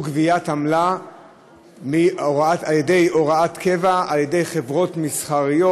גביית עמלה על הוראת קבע על ידי חברות מסחריות,